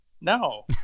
No